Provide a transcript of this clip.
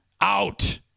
out